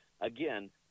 Again